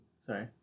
Sorry